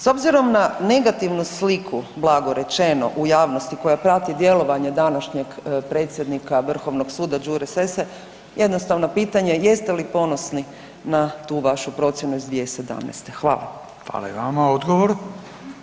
S obzirom na negativnu sliku, blago rečeno, u javnosti koja prati djelovanje današnjeg predsjednika Vrhovnog suda Đure Sesse, jednostavno pitanje, jeste li ponosni na tu vašu procjenu iz 2017.